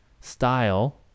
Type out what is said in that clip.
style